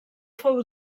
fou